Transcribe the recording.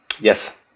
Yes